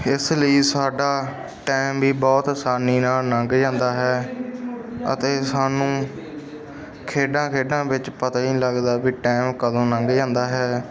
ਇਸ ਲਈ ਸਾਡਾ ਟਾਈਮ ਵੀ ਬਹੁਤ ਆਸਾਨੀ ਨਾਲ ਲੰਘ ਜਾਂਦਾ ਹੈ ਅਤੇ ਸਾਨੂੰ ਖੇਡਾਂ ਖੇਡਾਂ ਵਿੱਚ ਪਤਾ ਹੀ ਨਹੀਂ ਲੱਗਦਾ ਵੀ ਟਾਈਮ ਕਦੋਂ ਲੰਘ ਜਾਂਦਾ ਹੈ